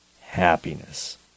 happiness